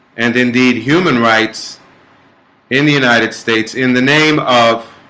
and indeed human rights in the united states in the name of